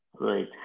Right